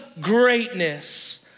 greatness